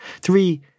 Three